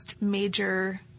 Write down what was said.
major